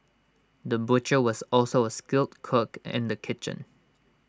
the butcher was also A skilled cook in the kitchen